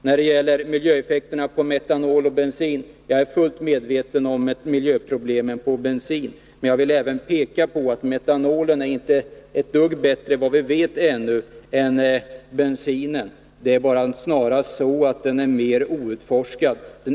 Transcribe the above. När det gäller miljöeffekterna av metanol och bensin vill jag säga att jag är fullt medveten om miljöproblemen med bensin. Men jag vill peka på att metanolen, såvitt vi nu vet, inte är ett dugg bättre än bensinen. Den är bara mera outforskad.